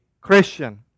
Christian